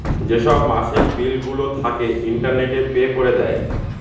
যেসব মাসিক বিলগুলো থাকে, ইন্টারনেটে পে করে দেয়